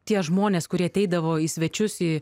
tie žmonės kurie ateidavo į svečius į